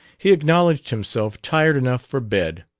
he acknowledged himself tired enough for bed.